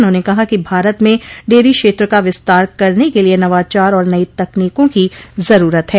उन्होंने कहा कि भारत में डेयरी क्षेत्र का विस्तार करने के लिए नवाचार और नई तकनीकों की जरूरत है